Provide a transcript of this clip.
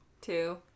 two